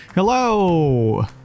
hello